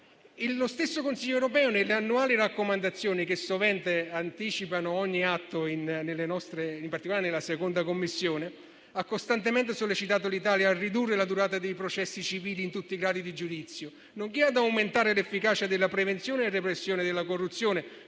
lo stesso Consiglio europeo, nelle annuali raccomandazioni che sovente anticipano ogni atto, in particolare della 2a Commissione, ha sollecitato l'Italia a ridurre la durata dei processi civili in tutti i gradi di giudizio, nonché ad aumentare l'efficacia della prevenzione e repressione della corruzione,